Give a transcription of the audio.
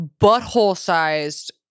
butthole-sized